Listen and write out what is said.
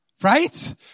right